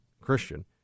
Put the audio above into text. Christian